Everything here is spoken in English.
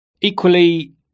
equally